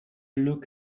look